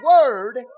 word